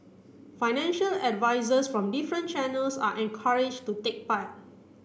financial advisers from different channels are encouraged to take part